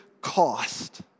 cost